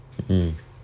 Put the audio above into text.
mm